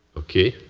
okay?